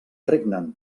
regnen